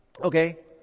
Okay